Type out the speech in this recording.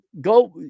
go